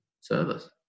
service